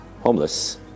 homeless